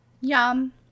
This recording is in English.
Yum